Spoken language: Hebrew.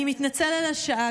אני מתנצל על השעה,